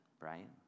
right